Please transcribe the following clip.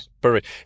perfect